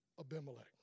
Abimelech